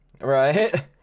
Right